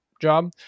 job